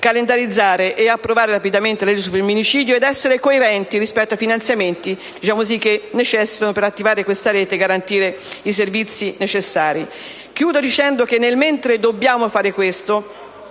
calendarizzare e di approvare rapidamente la legge sul femminicidio ed essere coerenti rispetto ai finanziamenti che necessitano per attivare questa rete e garantire i servizi necessari. Concludo dicendo che, mentre dobbiamo fare questo,